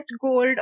gold